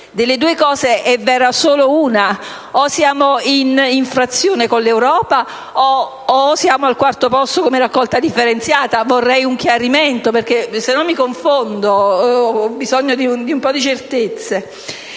Delle due cose è vera solo una: o siamo in infrazione con l'Europa oppure siamo al quarto posto come raccolta differenziata. Vorrei un chiarimento, altrimenti mi confondo; ho bisogno di un po' di certezze.